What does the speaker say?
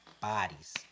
bodies